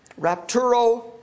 Rapturo